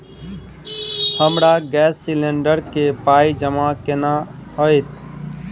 हमरा gas cylinder केँ पाई जमा केना हएत?